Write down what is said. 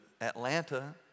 Atlanta